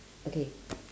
okay